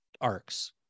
arcs